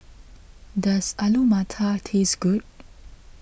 does Alu Matar taste good